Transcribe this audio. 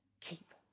keep